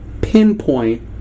pinpoint